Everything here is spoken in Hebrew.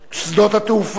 שדות התעופה,